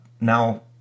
now